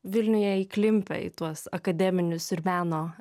vilniuje įklimpę į tuos akademinius ir meno